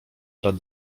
brat